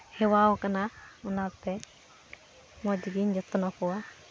ᱦᱮᱣᱟᱣ ᱠᱟᱱᱟ ᱚᱱᱟᱛᱮ ᱢᱚᱡᱽᱜᱤᱧ ᱡᱚᱛᱱᱚ ᱠᱚᱣᱟ